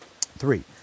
Three